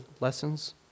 lessons